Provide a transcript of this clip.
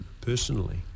personally